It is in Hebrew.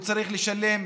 הוא צריך לשלם